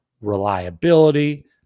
reliability